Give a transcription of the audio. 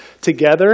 together